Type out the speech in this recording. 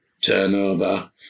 turnover